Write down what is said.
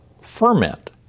ferment